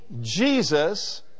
Jesus